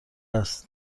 است